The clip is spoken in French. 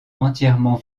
entièrement